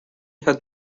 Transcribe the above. had